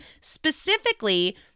specifically